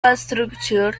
resources